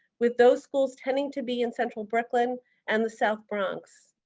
with those schools tending to be in central brooklyn and the south bronx.